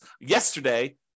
yesterday